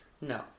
No